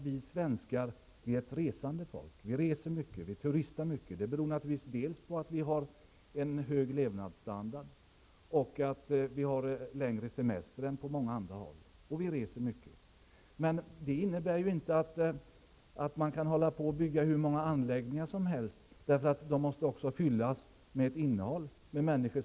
Vi svenskar är ju ett resande folk. Vi reser och turistar mycket. Det beror naturligtvis på att vi har en hög levnadsstandard och att vi har längre semester än på många andra håll. Men det innebär inte att man kan bygga hur många anläggningar som helst. De måste också fyllas med människor.